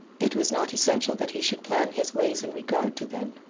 it was not essential that he should plan his ways in regard to them.